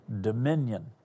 dominion